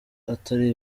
atari